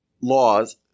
laws